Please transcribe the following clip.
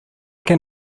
can